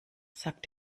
sagt